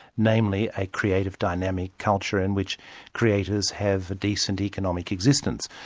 namely a creative dynamic culture in which creators have a decent economic existence.